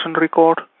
record